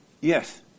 Yes